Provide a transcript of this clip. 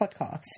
podcast